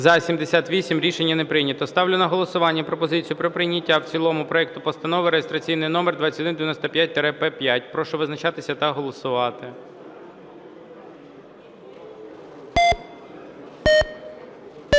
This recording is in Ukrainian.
За-78 Рішення не прийнято. Ставлю на голосування пропозицію про прийняття в цілому проекту Постанови реєстраційний номер 2195-П5. Прошу визначатися та голосувати.